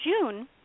June